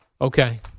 Okay